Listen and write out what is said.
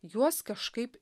juos kažkaip